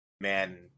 man